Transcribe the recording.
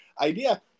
idea